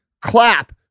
clap